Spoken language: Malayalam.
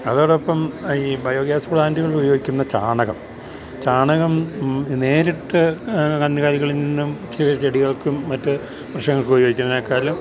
അതോടൊപ്പം ഈ ബയോഗ്യാസ് പ്ലാൻറ്റുകൾ ഉപയോഗിക്കുന്ന ചാണകം ചാണകം നേരിട്ട് കന്നുകാലികളില് നിന്നും ചില ചെടികൾക്കും മറ്റ് വൃക്ഷങ്ങൾക്കും ഉപയോഗിക്കുന്നതിനെക്കാളും